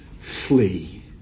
Flee